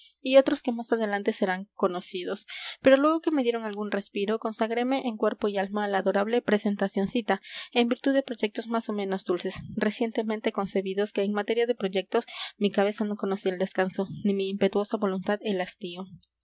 y otros que más adelante serán conocidos pero luego que me dieron algún respiro consagreme en cuerpo y alma a la adorable presentacioncita en virtud de proyectos más o menos dulces recientemente concebidos que en materia de proyectos mi cabeza no conocía el descanso ni mi impetuosa voluntad el hastío